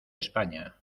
españa